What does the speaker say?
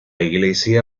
iglesia